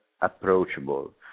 approachable